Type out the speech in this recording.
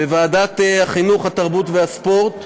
בוועדת החינוך, התרבות והספורט,